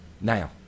now